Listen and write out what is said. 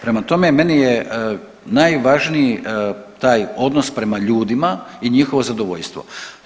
Prema tome, meni je najvažniji taj odnos prema ljudima i njihovo zadovoljstvo.